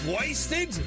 wasted